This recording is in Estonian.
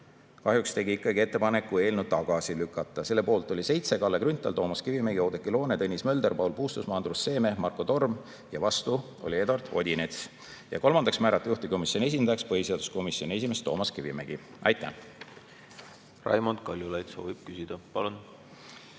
kahjuks ikkagi ettepaneku eelnõu tagasi lükata. Selle poolt oli 7 liiget: Kalle Grünthal, Toomas Kivimägi, Oudekki Loone, Tõnis Mölder, Paul Puustusmaa, Andrus Seeme ja Marko Torm. Vastu oli Eduard Odinets. Kolmandaks otsustati määrata juhtivkomisjoni esindajaks põhiseaduskomisjoni esimees Toomas Kivimägi. Aitäh! Raimond Kaljulaid soovib küsida. Palun!